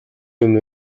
өмнө